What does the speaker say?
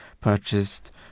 purchased